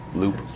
loop